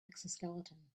exoskeleton